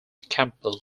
campbell